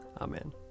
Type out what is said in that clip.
Amen